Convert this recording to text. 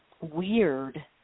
weird